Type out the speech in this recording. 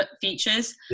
features